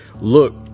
Look